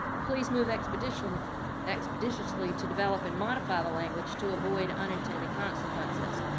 please move expeditiously expeditiously to develop and modify the language to avoid unintended consentences.